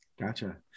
Gotcha